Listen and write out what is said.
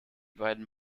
beiden